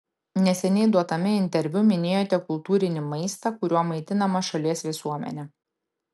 neseniai duotame interviu minėjote kultūrinį maistą kuriuo maitinama šalies visuomenė